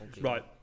Right